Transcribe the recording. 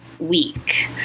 Week